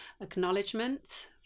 acknowledgement